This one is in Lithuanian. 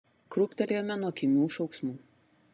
krūptelėjome nuo kimių šauksmų